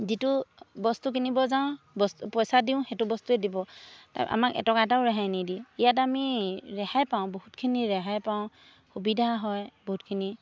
যিটো বস্তু কিনিব যাওঁ বস্তু পইচা দিওঁ সেইটো বস্তুৱে দিব আমাক এটকা এটাও ৰেহাই নিদিয়ে ইয়াত আমি ৰেহাই পাওঁ বহুতখিনি ৰেহাই পাওঁ সুবিধা হয় বহুতখিনি